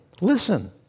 listen